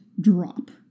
Drop